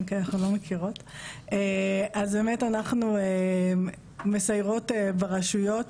אז באמת אנחנו מסיירות ברשויות,